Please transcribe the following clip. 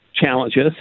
challenges